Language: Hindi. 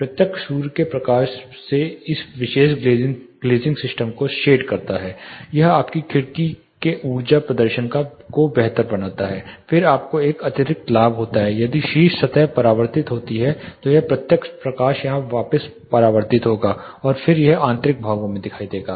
प्रत्यक्ष सूर्य के प्रकाश से इस विशेष ग्लेज़िंग क्षेत्र को शेड करता है यह आपकी खिड़की के ऊर्जा प्रदर्शन को बेहतर बनाता है फिर आपको एक अतिरिक्त लाभ होता है यदि शीर्ष सतह परावर्तित होती है तो यह प्रत्यक्ष प्रकाश यहां वापस परावर्तित होगा और फिर यह आंतरिक भागों में फिर से दिखाई देगा